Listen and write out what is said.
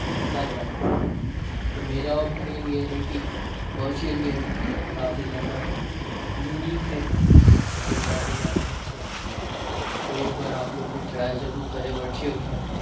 कर रहे हैं तो मेरा ओपिनियन ये है कि वर्चुअल गेम काफ़ी ज़्यादा यूनिक है ओर काफ़ी ज़्यादा अच्छे हैं तो एक बार आप लोग भी ट्राय ज़रूर करें वर्चुअल गेम